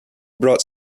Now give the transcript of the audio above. brought